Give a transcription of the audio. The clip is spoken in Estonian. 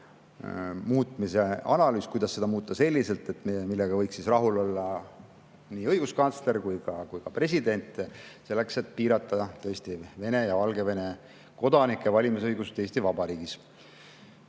arutatud], kuidas seda muuta selliselt, millega võiks rahul olla nii õiguskantsler kui ka president, selleks et piirata tõesti Venemaa ja Valgevene kodanike valimisõigust Eesti Vabariigis.